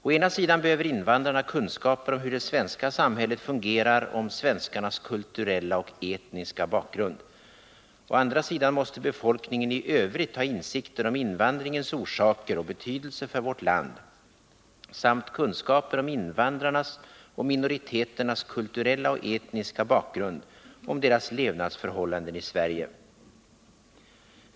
Å ena sidan behöver invandrarna kunskaper om hur det svenska samhället fungerar och om svenskarnas kulturella och etniska bakgrund. Å andra sidan måste befolkningen i övrigt ha insikter om invandringens orsaker och betydelse för vårt land samt kunskaper om invandrarnas och minoriteternas kulturella och etniska bakgrund och om deras levnadsförhållanden i Sverige.